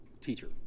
teacher